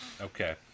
okay